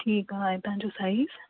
ठीकु आहे ऐं तव्हांजो साइज़